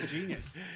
genius